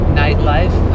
nightlife